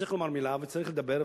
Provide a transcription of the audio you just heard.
שצריך לומר מלה וצריך לדבר,